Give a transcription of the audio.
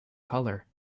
color